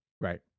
right